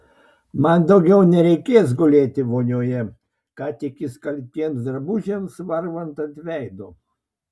man daugiau nereikės gulėti vonioje ką tik išskalbtiems drabužiams varvant ant veido